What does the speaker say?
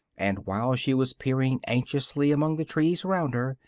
and while she was peering anxiously among the trees round her,